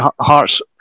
Hearts